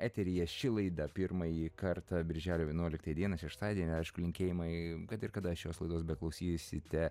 eteryje ši laida pirmąjį kartą birželio vienuoliktąją dieną šeštadienį aišku linkėjimai kad ir kada šios laidos beklausysite